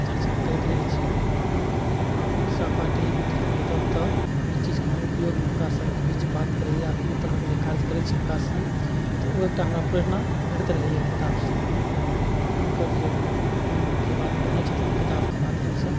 चर्चा करैत रहैत छियै आ अपन सहपाठी मित्र जतऽ ततऽ एहि चीजके हमरा ऊपयोगमे हुनका सबहक बिचमे बात करैया कओनो तरहक जे काज करैत छी हुनका सब सङ्ग तऽ ओ एकटा हमरा प्रेरणा भेटैत रहैया ओ किताबसँ जे हुनकर जे अपन जे बात कहने छथिन किताबके माध्यमसँ